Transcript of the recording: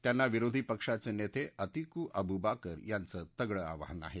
त्यांना विरोधी पक्षाचे नेते अतीकु अबुबाकर याचं तगडं आव्हान आहे